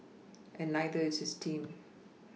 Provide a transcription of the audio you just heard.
and neither is his team